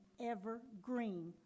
evergreen